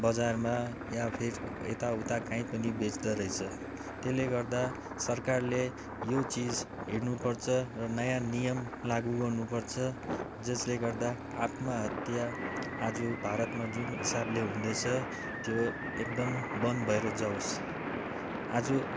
बजारमा या फिर यता उता कहीँ पनि बेच्दोरहेछ त्यसले गर्दा सरकारले यो चिज हेर्नुपर्छ र नयाँ नियम लागू गर्नुपर्छ जसले गर्दा आत्महत्या आज भारतमा जुन हिसाबले हुँदैछ त्यो एकदम बन्द भएर जाओस् आज